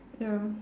ya